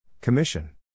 Commission